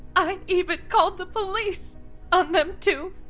i even called the police on them too.